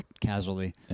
casually